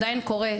וזה עדיין קורה,